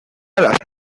alas